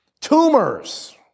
Tumors